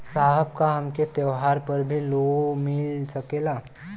साहब का हमके त्योहार पर भी लों मिल सकेला?